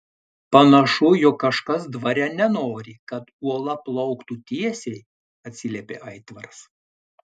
panašu jog kažkas dvare nenori kad uola plauktų tiesiai atsiliepė aitvaras